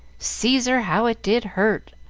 caesar, how it did hurt!